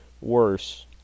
worse